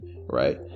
right